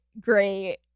great